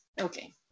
Okay